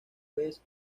vez